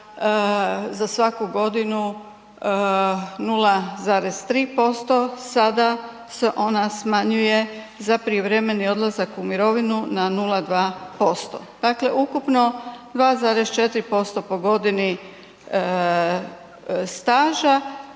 za svaku godinu 0,3% sada se ona smanjuje za prijevremeni odlazak u mirovinu na 0,2%, dakle ukupno 2,4% po godini staža